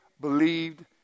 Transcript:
believed